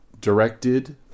Directed